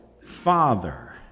Father